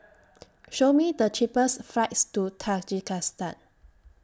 Show Me The cheapest flights to Tajikistan